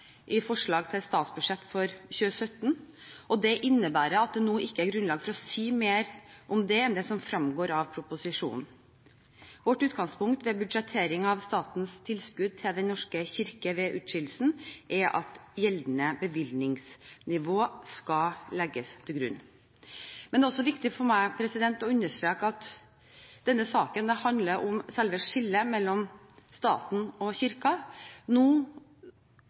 i forslaget til statsbudsjett for 2017, og det innebærer at det nå ikke er grunnlag for å si mer om dette enn det som fremgår av proposisjonen. Vårt utgangspunkt ved budsjettering av statens tilskudd til Den norske kirke ved utskillelsen er at gjeldende bevilgningsnivå skal legges til grunn. Men det er også viktig for meg å understreke at denne saken handler om selve skillet mellom staten og kirken. Nå